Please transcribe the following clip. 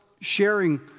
sharing